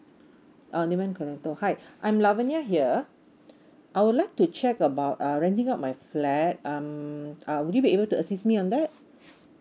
uh nibong kenato hi I'm lanivia here I would like to check about uh renting out my flat um would you be able to assist me on that